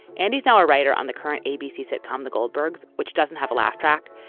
andy's now a writer on the current abc sitcom, the goldbergs, which doesn't have a laugh track,